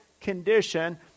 condition